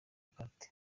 karate